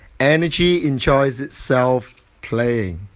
energy enjoys itself playing,